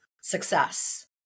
success